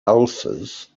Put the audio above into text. ulcers